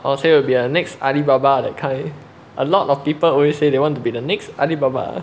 I will say will be next Alibaba that kind a lot of people always say they want to be the next Alibaba